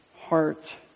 heart